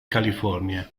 california